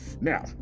Now